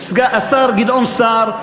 השר גדעון סער,